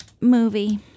movie